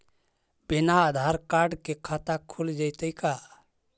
बिना आधार कार्ड के खाता खुल जइतै का?